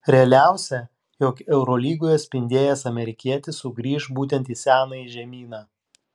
realiausia jog eurolygoje spindėjęs amerikietis sugrįš būtent į senąjį žemyną